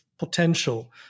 Potential